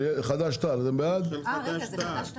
מי נגד?